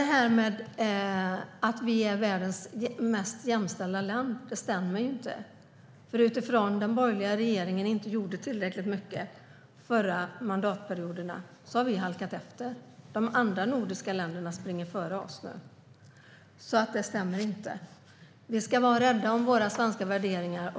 Att vi är världens mest jämställda land stämmer ju inte. Eftersom den borgerliga regeringen inte gjorde tillräckligt mycket under de förra mandatperioderna har vi halkat efter. De andra nordiska länderna springer före oss, så det stämmer inte. Vi ska vara rädda om våra svenska värderingar.